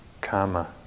karma